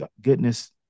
goodness